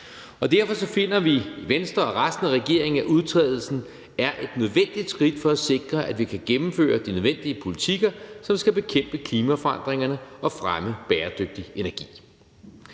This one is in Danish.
Derfor finder vi i Venstre og resten af regeringen, at udtrædelsen er et nødvendigt skridt for at sikre, at vi kan gennemføre de nødvendige politikker, som skal bekæmpe klimaforandringerne og fremme bæredygtig energi.